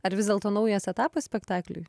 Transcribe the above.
ar vis dėlto naujas etapas spektakliui